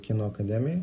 kino akademijoj